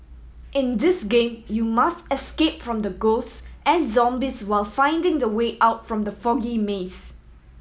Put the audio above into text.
in this game you must escape from the ghosts and zombies while finding the way out from the foggy maze